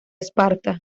esparta